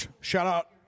Shout-out